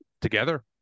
together